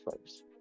first